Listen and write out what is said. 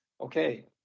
Okay